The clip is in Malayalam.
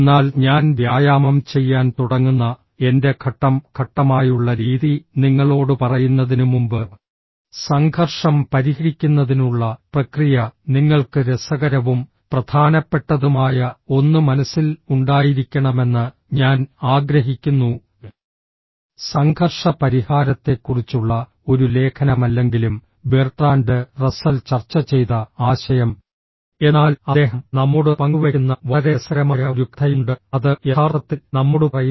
എന്നാൽ ഞാൻ വ്യായാമം ചെയ്യാൻ തുടങ്ങുന്ന എന്റെ ഘട്ടം ഘട്ടമായുള്ള രീതി നിങ്ങളോട് പറയുന്നതിനുമുമ്പ് സംഘർഷം പരിഹരിക്കുന്നതിനുള്ള പ്രക്രിയ നിങ്ങൾക്ക് രസകരവും പ്രധാനപ്പെട്ടതുമായ ഒന്ന് മനസ്സിൽ ഉണ്ടായിരിക്കണമെന്ന് ഞാൻ ആഗ്രഹിക്കുന്നു സംഘർഷ പരിഹാരത്തെക്കുറിച്ചുള്ള ഒരു ലേഖനമല്ലെങ്കിലും ബെർട്രാൻഡ് റസ്സൽ ചർച്ച ചെയ്ത ആശയം എന്നാൽ അദ്ദേഹം നമ്മോട് പങ്കുവയ്ക്കുന്ന വളരെ രസകരമായ ഒരു കഥയുണ്ട് അത് യഥാർത്ഥത്തിൽ നമ്മോട് പറയുന്നു